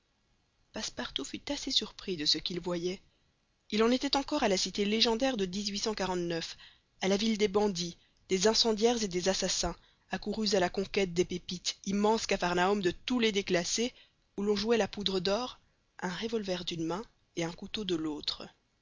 passepartout fut assez surpris de ce qu'il voyait il en était encore à la cité légendaire de à la ville des bandits des incendiaires et des assassins accourus à la conquête des pépites immense capharnaüm de tous les déclassés où l'on jouait la poudre l'or un revolver d'une main et un couteau de l'autre